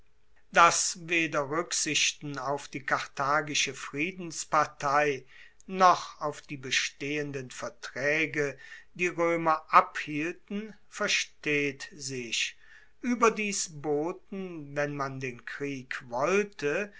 dass weder ruecksichten auf die karthagische friedenspartei noch auf die bestehenden vertraege die roemer abhielten versteht sich ueberdies boten wenn man den krieg wollte